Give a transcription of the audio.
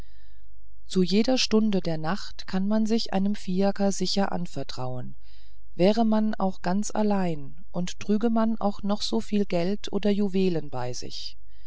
zu jeder stunde der nacht kann man sich einem fiaker sicher anvertrauen wäre man auch ganz allein und trüge man auch noch so viel geld oder juwelen bei sich